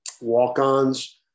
walk-ons